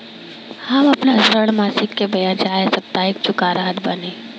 हम आपन ऋण मासिक के बजाय साप्ताहिक चुका रहल बानी